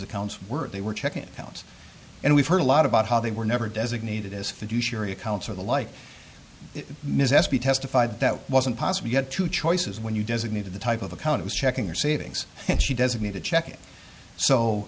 accounts were they were checking accounts and we've heard a lot about how they were never designated as fiduciary accounts or the like ms s p testified that wasn't possible get two choices when you designated the type of account it was checking or savings and she doesn't need to check it so